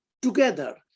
Together